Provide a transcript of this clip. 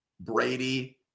Brady